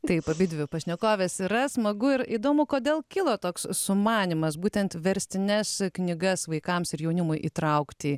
taip abidvi pašnekovės yra smagu ir įdomu kodėl kilo toks sumanymas būtent verstines knygas vaikams ir jaunimui įtraukti